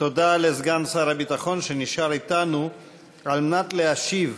תודה לסגן שר הביטחון, שנשאר אתנו על מנת להשיב